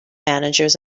managers